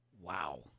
Wow